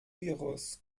virus